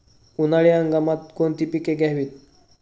उन्हाळी हंगामात कोणती पिके घ्यावीत?